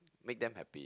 make them happy